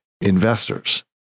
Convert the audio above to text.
investors